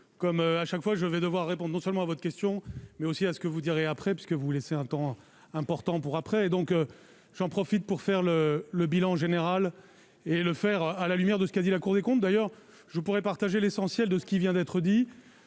comme à chaque fois que je vais devoir répond non seulement à votre question, mais aussi à ce que vous direz après parce que vous vous laissez un temps important pour après, et donc j'en profite pour faire le le bilan général et le faire à la lumière de ce qu'a dit la Cour des comptes, d'ailleurs je pourrais partager l'essentiel de ce qui vient d'être dit,